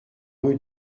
rue